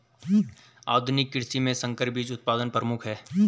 आधुनिक कृषि में संकर बीज उत्पादन प्रमुख है